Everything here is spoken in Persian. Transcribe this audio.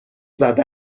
زده